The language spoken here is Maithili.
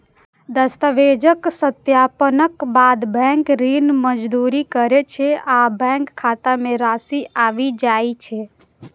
दस्तावेजक सत्यापनक बाद बैंक ऋण मंजूर करै छै आ बैंक खाता मे राशि आबि जाइ छै